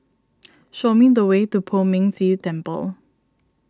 show me the way to Poh Ming Tse Temple